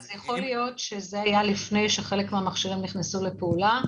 יכול להיות שזה היה לפני שחלק מהמכשירים נכנסו לפעולה.